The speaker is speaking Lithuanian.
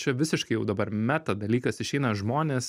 čia visiškai jau dabar meta dalykas išeina žmonės